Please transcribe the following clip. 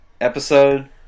Episode